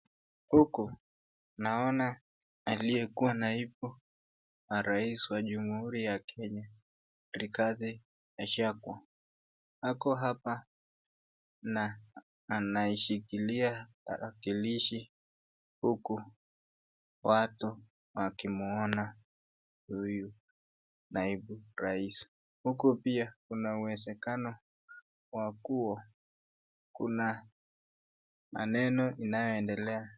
Huku naona aliyekuwa naibu wa rais wa jamhuri ya Kenya , Rigathi Gachagua . Ako hapa na anaishikilia tarakilishi huku watu wakimwona huyu naibu rais . Huku pia kuna uwezekano wa kuwa kuna maneno inayoendelea .